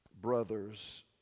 brothers